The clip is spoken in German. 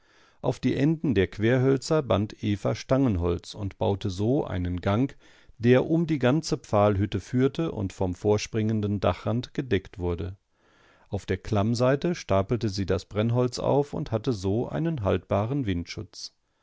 auf die enden der querhölzer band eva stangenholz und baute so einen gang der um die ganze pfahlhütte führte und vom vorspringenden dachrand gedeckt wurde auf der klammseite stapelte sie das brennholz auf und hatte so einen haltbaren windschutz